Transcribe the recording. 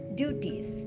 duties